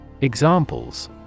Examples